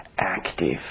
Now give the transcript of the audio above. active